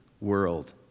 world